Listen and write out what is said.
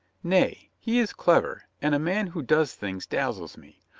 nay, he is clever, and a man who does things dazzles me.